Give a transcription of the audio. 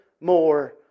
more